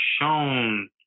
shown